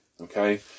Okay